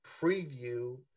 preview